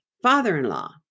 father-in-law